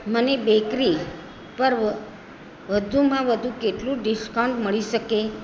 મને બેકરી પર વધુમાં વધુ કેટલું ડિસ્કાઉન્ટ મળી શકે